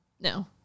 No